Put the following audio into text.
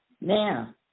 Now